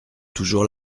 toujours